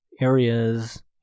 areas